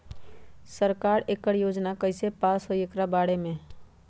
सरकार एकड़ योजना कईसे पास होई बताई एकर बारे मे?